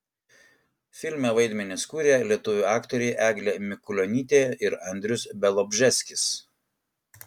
filme vaidmenis kūrė lietuvių aktoriai eglė mikulionytė ir andrius bialobžeskis